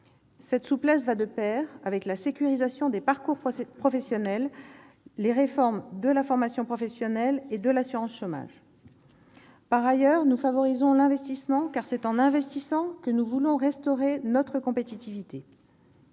Cette souplesse va de pair avec la sécurisation des parcours professionnels, les réformes de la formation professionnelle et de l'assurance chômage. Par ailleurs, nous favorisons l'investissement, car c'est en investissant que nous voulons restaurer notre compétitivité.